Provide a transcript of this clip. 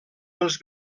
pels